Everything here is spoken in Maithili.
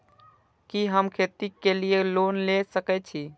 कि हम खेती के लिऐ लोन ले सके छी?